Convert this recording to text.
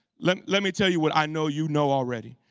let let me tell you what i know you know already,